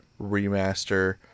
remaster